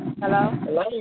Hello